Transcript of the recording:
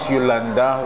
Yolanda